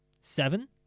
Seven